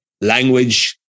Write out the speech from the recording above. language